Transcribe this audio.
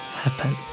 happen